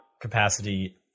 capacity